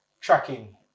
tracking